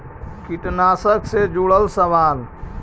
कीटनाशक से जुड़ल सवाल?